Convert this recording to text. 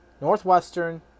Northwestern